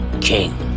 king